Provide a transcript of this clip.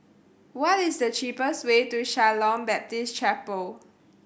what is the cheapest way to Shalom Baptist Chapel